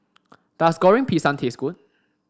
does Goreng Pisang taste good